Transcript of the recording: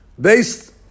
based